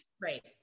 Right